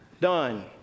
done